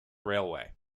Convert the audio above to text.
railway